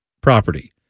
property